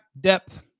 Depth